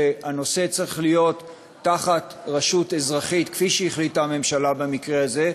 שהנושא צריך להיות תחת רשות אזרחית כפי שהחליטה הממשלה במקרה הזה.